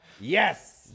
Yes